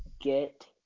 get